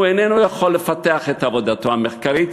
הוא איננו יכול לפתח את עבודתו המחקרית,